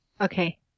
Okay